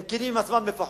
הם כנים עם עצמם לפחות.